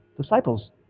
Disciples